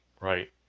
right